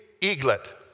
eaglet